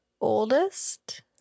oldest